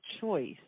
choice